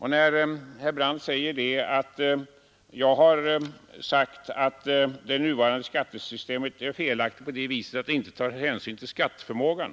Herr Brandt framhåller att jag har sagt att det nuvarande skattesyste met är felaktigt på det viset att det inte tar hänsyn till skatteförmågan.